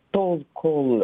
tol kol